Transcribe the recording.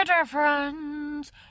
different